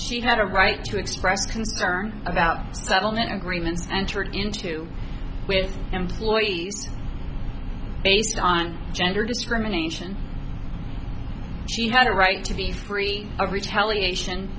she had a right to express concern about settlement agreements entered into with employees based on gender discrimination she had a right to be free of retaliation